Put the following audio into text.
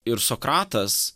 ir sokratas